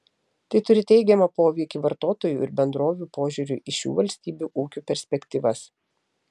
tai turi teigiamą poveikį vartotojų ir bendrovių požiūriui į šių valstybių ūkių perspektyvas